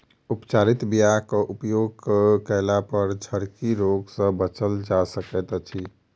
उपचारित बीयाक उपयोग कयलापर झरकी रोग सँ बचल जा सकैत अछि